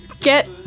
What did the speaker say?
Get